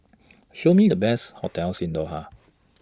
Show Me The Best hotels in Doha